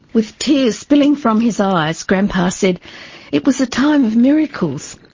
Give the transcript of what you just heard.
with tears spilling from his eyes grandpa said it was a time of miracles.